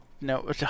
No